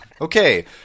okay